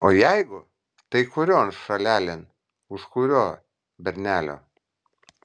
o jeigu tai kurion šalelėn už kurio bernelio